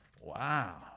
Wow